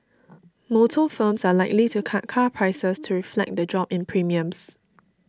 motor firms are likely to cut car prices to reflect the drop in premiums